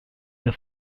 der